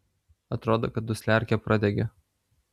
atrodo kad dusliarkė pradegė